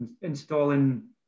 installing